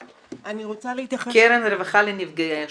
הקרן לרווחת נפגעי השואה.